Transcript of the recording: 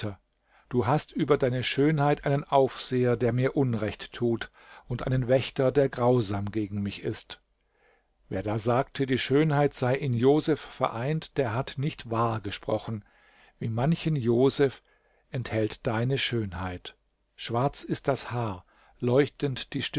du hast über deine schönheit einen aufseher der mir unrecht tut und einen wächter der grausam gegen mich ist im text ist hier ein unübersehbares wortspiel in dem das wort aufseher zugleich blick und das wort wächter auch augenbrauen bedeutet wer da sagte die schönheit sei in joseph vereint der hat nicht wahr gesprochen wie manchen joseph enthält deine schönheit schwarz ist das haar leuchtend die